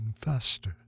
faster